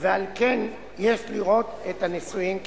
ועל כן יש לראות את הנישואים כבטלים.